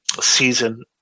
season